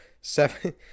seven